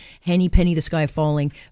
henny-penny-the-sky-falling